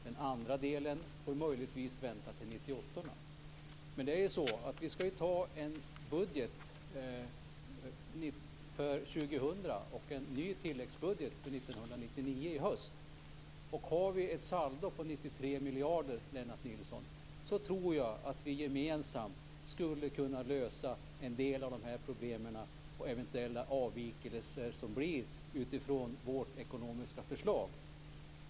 Den andra delen får möjligtvis vänta till 98:orna. Vi skall anta en budget för 2000 och en ny tilläggsbudget för 1999 i höst. Om vi har ett saldo på 93 miljarder, Lennart Nilsson, tror jag att vi gemensamt skulle kunna lösa en del av problemen och eventuella avvikelser utifrån vårt ekonomiska förslag.